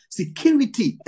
security